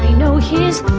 know his.